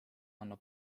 hanno